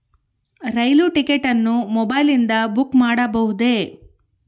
ರೈಲು ticket ಅನ್ನು ಮೊಬೈಲಿಂದ book ಮಾಡಬಹುದೆ?